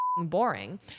boring